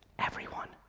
everyone.